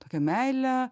tokią meilę